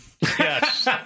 Yes